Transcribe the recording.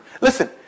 Listen